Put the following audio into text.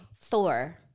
Thor